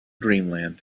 dreamland